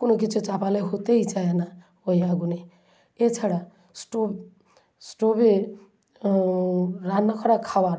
কোনো কিছু চাপালে হতেই চায় না ঐ আগুনে এছাড়া স্টোব স্টোবের রান্না করা খাওয়ার